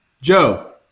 Joe